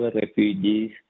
refugees